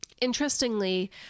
interestingly